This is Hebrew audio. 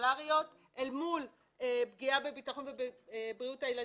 סלולריות אל מול פגיעה בביטחון ובבריאות הילדים.